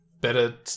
better